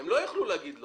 הם לא יוכלו להגיד לא.